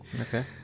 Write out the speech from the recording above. Okay